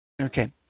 Okay